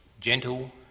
gentle